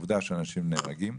עובדה שאנשים נהרגים,